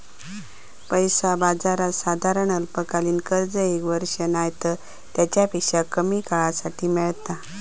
पैसा बाजारात साधारण अल्पकालीन कर्ज एक वर्ष नायतर तेच्यापेक्षा कमी काळासाठी मेळता